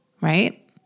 right